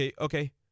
okay